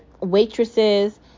waitresses